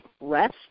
rest